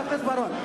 חבר הכנסת בר-און.